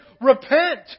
repent